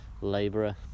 labourer